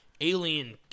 alien